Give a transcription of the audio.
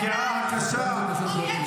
איימן עודה שעומד כאן, אתה האויב שלנו.